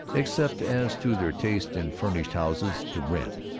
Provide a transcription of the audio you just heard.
except as to their tastes in furnished houses to rent.